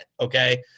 okay